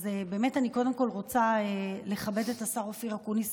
אז אני קודם כול רוצה לכבד את השר אופיר אקוניס